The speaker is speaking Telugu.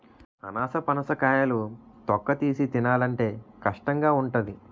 అనాసపనస కాయలు తొక్కతీసి తినాలంటే కష్టంగావుంటాది